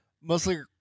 mostly